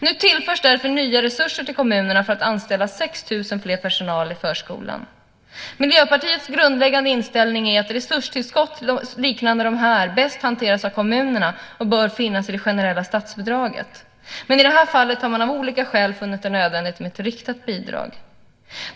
Nu tillförs därför nya resurser till kommunerna för att de ska anställa 6 000 fler i personalen i förskolan. Miljöpartiets grundläggande inställning är att resurstillskott liknande de här bäst hanteras av kommunerna och bör finnas i det generella statsbidraget. Men i det här fallet har man av olika skäl funnit det nödvändigt med ett riktat bidrag.